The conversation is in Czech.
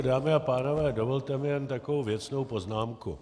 Dámy a pánové, dovolte mi jen takovou věcnou poznámku.